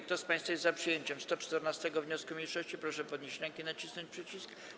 Kto z państwa jest za przyjęciem 128. wniosku mniejszości, proszę podnieść rękę i nacisnąć przycisk.